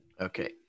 Okay